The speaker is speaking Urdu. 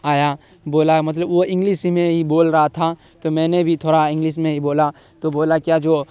آیا بولا مطلب وہ انگلش ہی میں ہی بول رہا تھا تو میں نے بھی تھوڑا انگلش میں ہی بولا تو بولا کیا جو